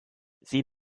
sie